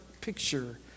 picture